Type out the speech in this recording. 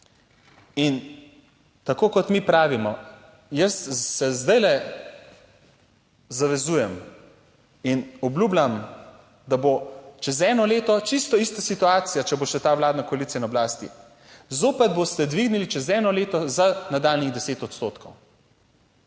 In tako kot mi pravimo, jaz se zdajle zavezujem in obljubljam, da bo čez eno leto čisto ista situacija, če bo še ta vladna koalicija na oblasti, zopet boste dvignili čez eno leto za nadaljnjih 10 odstotkov.